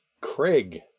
Craig